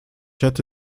hätte